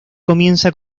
comienza